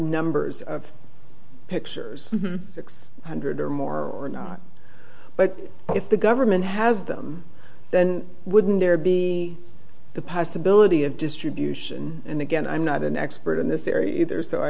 numbers of pictures x hundred or more or not but if the government has them then wouldn't there be the possibility of distribution and again i'm not an expert in this area either so i